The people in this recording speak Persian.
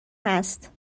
هست